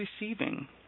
receiving